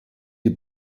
die